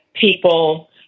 people